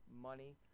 money